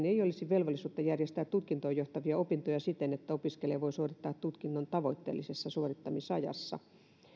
ei olisi velvollisuutta järjestää tutkintoon johtavia opintoja siten että opiskelija voi suorittaa tutkinnon tavoitteellisessa suorittamisajassa